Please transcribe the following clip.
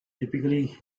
typically